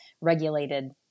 regulated